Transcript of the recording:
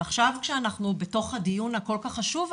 ועכשיו כשאנחנו בתוך הדיון הכל כך חשוב הזה,